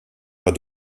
pas